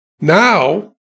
Now